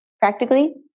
practically